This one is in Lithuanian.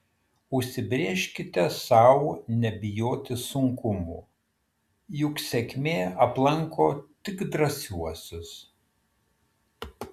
užsibrėžkite sau nebijoti sunkumų juk sėkmė aplanko tik drąsiuosius